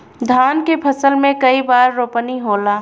धान के फसल मे कई बार रोपनी होला?